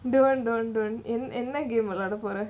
don't don't don't என்னகேம்விளையாடபோற: enna game vilaiyatha poora